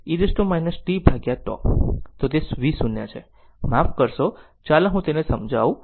તો તે v0 છે માફ કરશો ચાલો હું તેને સમજાવું